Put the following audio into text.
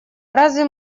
разве